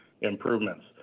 improvements